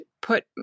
put